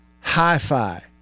hi-fi